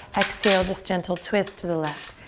exhale, just gentle twist to the left.